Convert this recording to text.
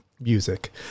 music